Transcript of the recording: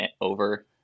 over